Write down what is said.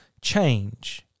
change